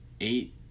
eight